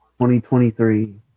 2023